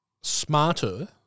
smarter